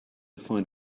find